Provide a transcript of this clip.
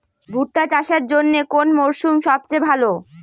ভুট্টা চাষের জন্যে কোন মরশুম সবচেয়ে ভালো?